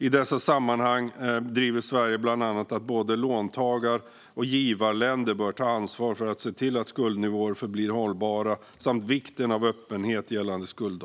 I dessa sammanhang driver Sverige bland annat att både låntagar och givarländer bör ta ansvar för att se till att skuldnivåer förblir hållbara samt vikten av öppenhet gällande skulddata.